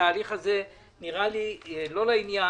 התהליך הזה נראה לי לא לעניין.